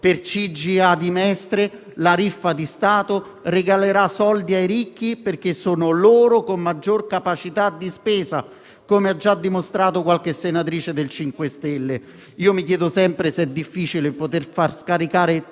Per la CGIA di Mestre, la riffa di Stato regalerà soldi ai ricchi, perché sono loro ad avere maggior capacità di spesa, come ha già dimostrato qualche senatrice del MoVimento 5 Stelle. Io, poi, mi chiedo sempre se sia difficile far scaricare